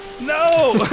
No